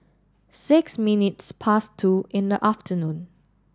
six minutes past two in the afternoon